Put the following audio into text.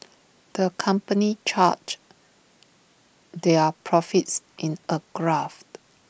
the company charted their profits in A graph